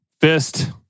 fist